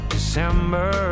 December